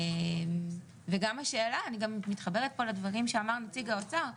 אני גם מתחברת פה לדברים שאמר נציג האוצר,